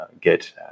get